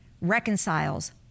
reconciles